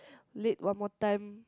late one more time